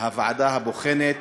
הוועדה הבוחנת